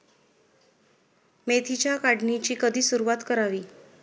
मेथीच्या काढणीची कधी सुरूवात करावी?